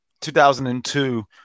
2002